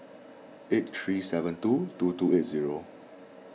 eight three seven two two two eight zero